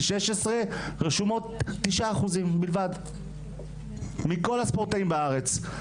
16 רשומות 9% בלבד מכל הספורטאים בארץ.